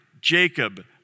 Jacob